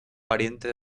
pariente